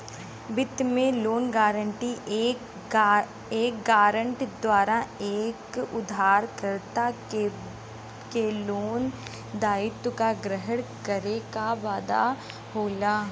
वित्त में loan guarantee एक गारंटर द्वारा एक उधारकर्ता के लोन दायित्व क ग्रहण करे क वादा होला